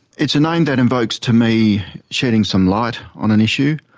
it's a name that evokes to me shedding some light on an issue,